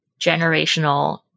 generational